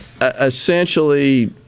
essentially